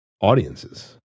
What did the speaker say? audiences